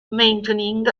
maintaining